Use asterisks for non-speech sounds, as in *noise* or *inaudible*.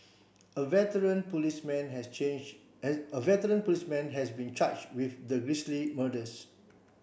a veteran policeman has change as a veteran policeman has been charge with the *unintelligible* murders